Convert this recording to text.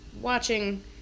watching